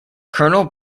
colonel